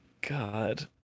God